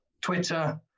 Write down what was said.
Twitter